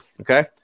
Okay